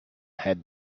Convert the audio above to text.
had